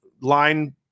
line